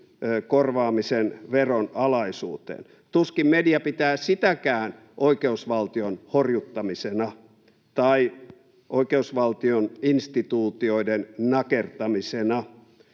korvaamisen veronalaisuuteen. Tuskin media pitää sitäkään oikeusvaltion horjuttamisena tai oikeusvaltion instituutioiden nakertamisena.